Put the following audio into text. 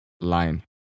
line